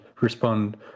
respond